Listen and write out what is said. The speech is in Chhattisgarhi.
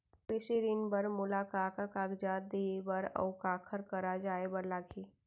कृषि ऋण बर मोला का का कागजात देहे बर, अऊ काखर करा जाए बर लागही?